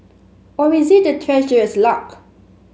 or is it the Treasurer's luck